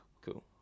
cool